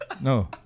No